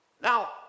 Now